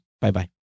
Bye-bye